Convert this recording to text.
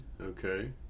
Okay